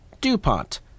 DuPont